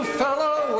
fellow